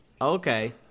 Okay